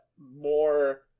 more